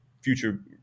Future